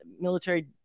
military